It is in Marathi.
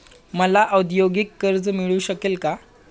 मला औद्योगिक कर्ज मिळू शकेल का?